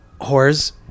whores